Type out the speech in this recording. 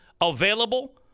available